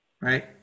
right